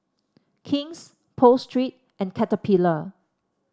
King's Pho Street and Caterpillar